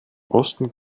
osten